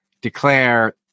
declare